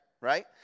right